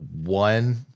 one